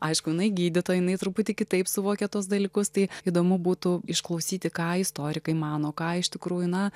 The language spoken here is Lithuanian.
aišku jinai gydytoja jinai truputį kitaip suvokia tuos dalykus tai įdomu būtų išklausyti ką istorikai mano ką iš tikrųjų na